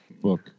book